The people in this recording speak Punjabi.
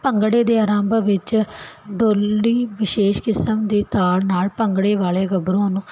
ਭੰਗੜੇ ਦੇ ਆਰੰਭ ਵਿੱਚ ਡੋਲੀ ਵਿਸ਼ੇਸ਼ ਕਿਸਮ ਦੇ ਤਾੜ ਨਾਲ ਭੰਗੜੇ ਵਾਲੇ ਗੱਭਰੂਆਂ ਨੂੰ